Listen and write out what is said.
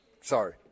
Sorry